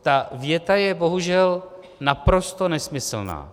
Ta věta je bohužel naprosto nesmyslná.